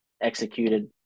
executed